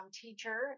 teacher